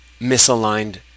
misaligned